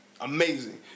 amazing